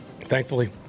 thankfully